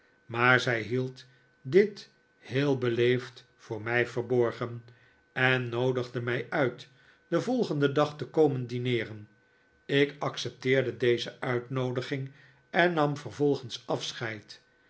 maar zij hield dit heel beleefd voor mij verborgen en noodigde mij uit den volgenden dag te komen dineeren ik accepteerde deze uitnoodiging en nam vervolgens afscheid